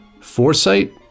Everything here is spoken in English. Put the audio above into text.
foresight